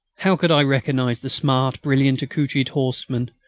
how could i recognise the smart, brilliantly accoutred horsemen,